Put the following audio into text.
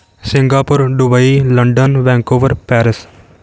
Singapore Dubai London Vancouver Paris